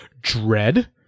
Dread